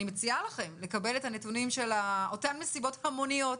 אני מציעה לכם לקבל את הנתונים של אותן מסיבות המוניות